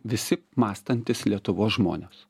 visi mąstantys lietuvos žmones